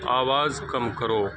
آواز کم کرو